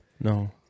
No